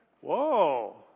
Whoa